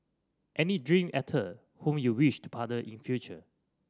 any dream actor whom you wish to partner in future